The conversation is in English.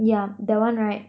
yeah that one right